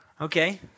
Okay